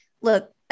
Look